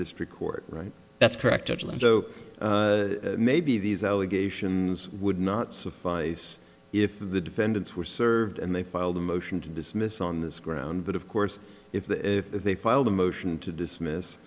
district court right that's correct actually so maybe these allegations would not suffice if the defendants were served and they filed a motion to dismiss on this ground but of course if the if they filed a motion to dismiss